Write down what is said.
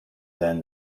then